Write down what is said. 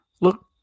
Look